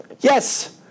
yes